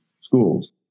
schools